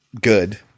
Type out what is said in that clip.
good